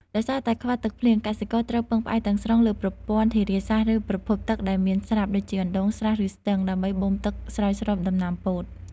ដោយសារតែខ្វះទឹកភ្លៀង កសិករត្រូវពឹងផ្អែកទាំងស្រុងលើប្រព័ន្ធធារាសាស្ត្រ ឬប្រភពទឹកដែលមានស្រាប់ ដូចជាអណ្ដូង ស្រះ ឬស្ទឹង ដើម្បីបូមទឹកស្រោចស្រពដំណាំពោត។